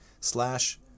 slash